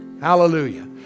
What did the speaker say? Hallelujah